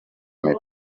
mibi